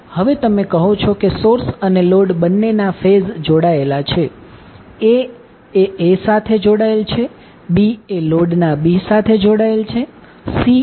હવે તમે કહો છો કે સોર્સ અને લોડ બંનેના ફેઝ જોડાયેલા છે A એ A સાથે જોડાયેલ છે B એ લોડના B સાથે જોડાયેલ છે C એ લોડના C સાથે જોડાયેલ છે